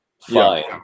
Fine